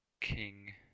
King